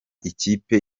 ikipe